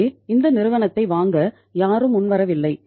எனவே இந்த நிறுவனத்தை வாங்க யாரும் முன்வரவில்லை